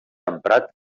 emprat